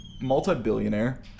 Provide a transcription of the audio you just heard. multi-billionaire